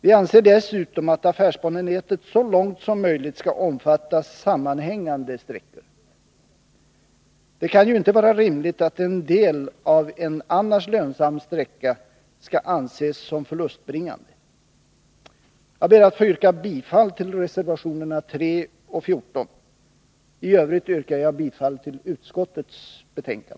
Vi anser dessutom att affärsbanenätet så långt som möjligt skall omfatta sammanhängande sträckor. Det kan ju inte vara rimligt att en del av en annars lönsam sträcka skall anses vara förlustbringande. Jag ber att få yrka bifall till reservationerna 3 och 14. I övrigt yrkar jag bifall till utskottets hemställan.